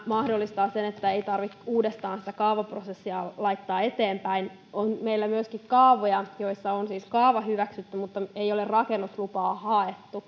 mahdollistaa sen ettei tarvitse uudestaan sitä kaavaprosessia laittaa eteenpäin on meillä myöskin kaavoja joissa on siis kaava hyväksytty mutta ei ole rakennuslupaa haettu